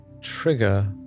trigger